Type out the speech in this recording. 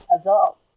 adult